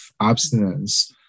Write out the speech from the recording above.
abstinence